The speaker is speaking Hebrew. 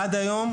עד היום,